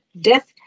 death